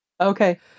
Okay